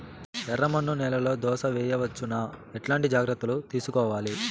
ఎర్రమన్ను నేలలో దోస వేయవచ్చునా? ఎట్లాంటి జాగ్రత్త లు తీసుకోవాలి?